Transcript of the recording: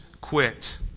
quit